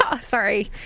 Sorry